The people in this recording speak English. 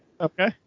Okay